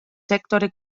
sektori